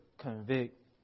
convict